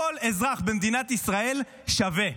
כל אזרח במדינת ישראל שווה.